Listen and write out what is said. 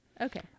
Okay